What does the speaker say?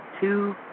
two